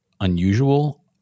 unusual